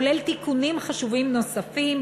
כולל תיקונים חשובים נוספים,